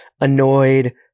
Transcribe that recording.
annoyed